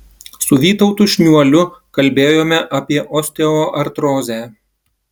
su vytautu šniuoliu kalbėjome apie osteoartrozę